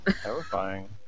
Terrifying